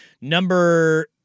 Number